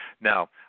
Now